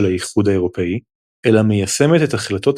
האיחוד האירופי אלא מיישמת את ההחלטות